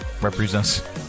represents